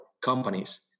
companies